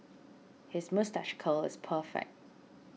his moustache curl is perfect